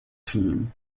team